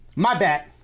my bad.